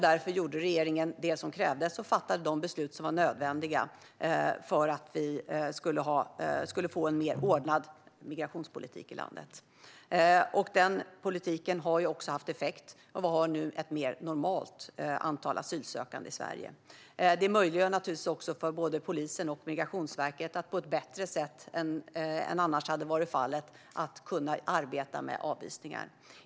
Därför gjorde regeringen det som krävdes och fattade de beslut som var nödvändiga för att vi skulle få en mer ordnad migrationspolitik i landet. Den politiken har haft effekt. Vi har nu ett mer normalt antal asylsökande i Sverige. Det möjliggör naturligtvis också för både polisen och Migrationsverket att arbeta med avvisningar på ett bättre sätt än vad som annars hade varit fallet.